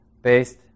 based